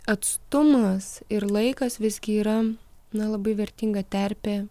atstumas ir laikas visgi yra na labai vertinga terpė